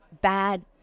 bad